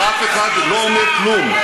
אף אחד לא אומר כלום.